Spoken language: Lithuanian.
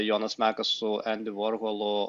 jonas mekas su endi vorholu